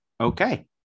okay